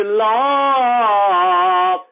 love